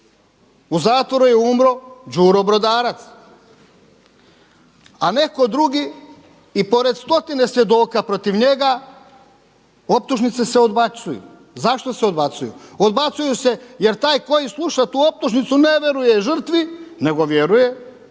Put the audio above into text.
U zatvoru je umro Đuro Brodarac, a neko drugi i pored stotine svjedoka protiv njega optužnice se odbacuju. Zašto se odbacuju? Odbacuju se jer taj koji sluša tu optužnici ne vjeruje žrtvi nego vjeruje onom.